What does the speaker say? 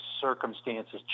circumstances